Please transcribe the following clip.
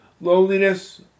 loneliness